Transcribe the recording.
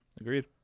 Agreed